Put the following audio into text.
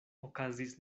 okazis